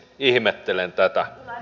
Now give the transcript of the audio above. ihmettelen tätä